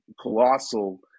colossal